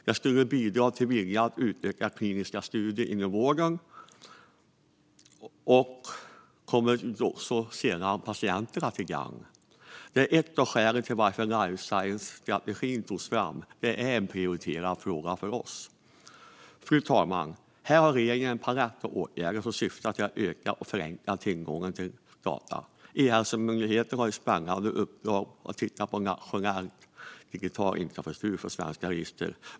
Det skulle bidra till viljan att utöka kliniska studier inom vården, vilket skulle vara patienterna till gagn. Det var ett av skälen till att life science-strategin togs fram. Det är en prioriterad fråga för oss. Fru talman! Här har regeringen en palett av åtgärder som syftar till att öka och förenkla tillgången till data. E-hälsomyndigheten har ett spännande uppdrag att titta på en nationell digital infrastruktur för svenska register.